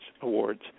Awards